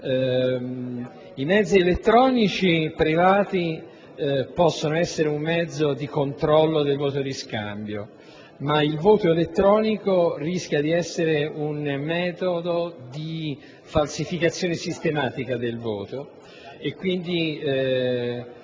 I mezzi elettronici privati possono rappresentare un mezzo di controllo del voto di scambio, ma il voto elettronico rischia di tradursi in un metodo di falsificazione sistematica del voto. Quindi,